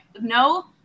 no